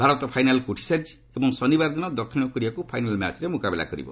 ଭାରତ ଫାଇନାଲ୍କୁ ଉଠିସାରିଛି ଏବଂ ଶନିବାର ଦିନ ଦକ୍ଷିଣ କୋରିଆକୁ ଫାଇନାଲ୍ ମ୍ୟାଚ୍ରେ ମୁକାବିଲା କରିବ